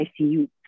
ICU